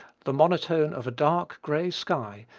the monotone of a dark, gray sky,